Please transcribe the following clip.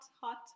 hot